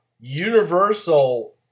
Universal